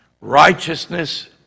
Righteousness